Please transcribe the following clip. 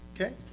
okay